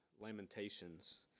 Lamentations